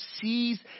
sees